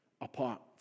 apart